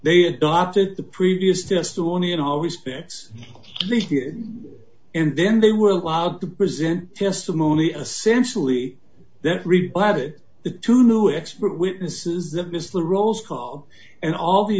they adopted the previous testimony and always specs and then they were allowed to present testimony essentially that required it the two new expert witnesses that missed the roll call and all the